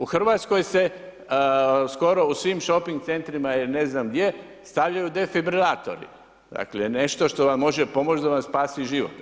U Hrvatskoj se skoro u svim shopping centrima ili ne znam gdje stavljaju defibrilatori, dakle nešto što vam može pomoć da vam spasi život.